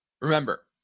Remember